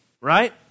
right